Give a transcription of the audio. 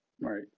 right